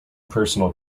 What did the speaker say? personal